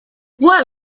what